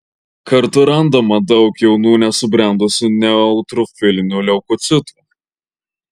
kartu randama daug jaunų nesubrendusių neutrofilinių leukocitų